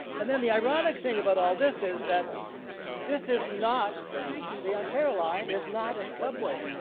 and then the ironic thing about all this is that this is not the ontario line is not a subway.